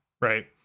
right